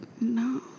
No